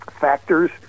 factors